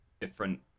different